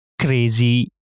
crazy